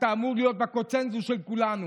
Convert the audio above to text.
אתה אמור להיות בקונסנזוס של כולנו.